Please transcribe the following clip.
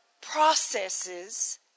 processes